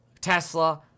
Tesla